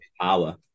power